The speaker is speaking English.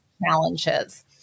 challenges